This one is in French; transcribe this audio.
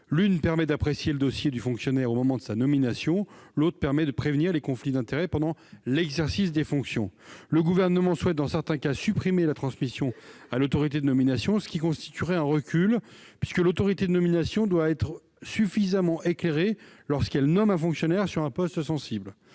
un cas, d'apprécier le dossier du fonctionnaire au moment de sa nomination ; dans l'autre, de prévenir les conflits d'intérêts au cours de l'exercice des fonctions. Le Gouvernement souhaite, dans certains cas, supprimer la transmission à l'autorité de nomination, ce qui constituerait un recul : celle-ci doit être suffisamment éclairée lorsqu'elle nomme un fonctionnaire à un poste sensible.